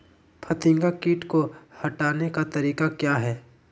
फतिंगा किट को हटाने का तरीका क्या है?